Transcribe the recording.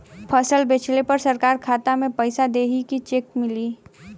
फसल बेंचले पर सरकार खाता में पैसा देही की चेक मिली?